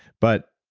but,